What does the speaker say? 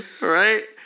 Right